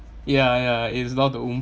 ya ya it's lost the oomph